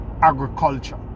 agriculture